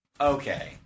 Okay